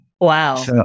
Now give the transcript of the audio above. wow